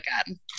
again